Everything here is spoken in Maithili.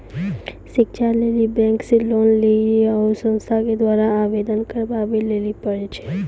शिक्षा लेली बैंक से लोन लेली उ संस्थान के द्वारा आवेदन करबाबै लेली पर छै?